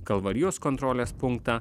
kalvarijos kontrolės punktą